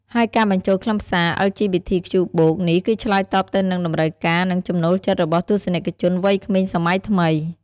ហើយការបញ្ចូលខ្លឹមសារ អិល ជី ប៊ី ធី ខ្ជូ បូក (LGBTQ+) នេះគឺឆ្លើយតបទៅនឹងតម្រូវការ និងចំណូលចិត្តរបស់ទស្សនិកជនវ័យក្មេងសម័យថ្មី។